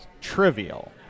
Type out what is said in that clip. trivial